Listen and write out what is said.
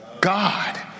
God